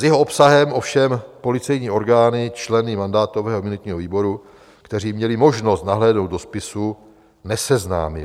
S jeho obsahem ovšem policejní orgány členy mandátového a imunitního výboru, kteří měli možnost nahlédnout do spisu, neseznámili.